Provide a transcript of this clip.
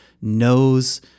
knows